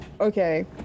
Okay